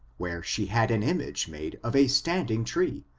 where she had an image made of a standing tree,